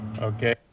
Okay